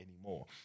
anymore